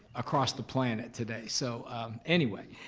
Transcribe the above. across the planet today, so anyway,